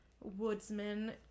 woodsman